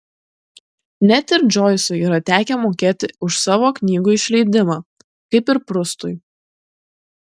net ir džoisui yra tekę mokėti už savo knygų išleidimą kaip ir prustui